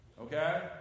Okay